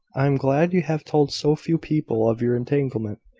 i am glad you have told so few people of your entanglement.